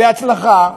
בהצלחה,